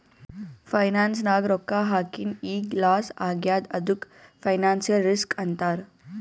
finance ನಾಗ್ ರೊಕ್ಕಾ ಹಾಕಿನ್ ಈಗ್ ಲಾಸ್ ಆಗ್ಯಾದ್ ಅದ್ದುಕ್ ಫೈನಾನ್ಸಿಯಲ್ ರಿಸ್ಕ್ ಅಂತಾರ್